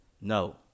No